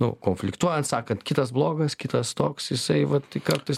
nu konfliktuojant sakant kitas blogas kitas toks jisai vat tai kartais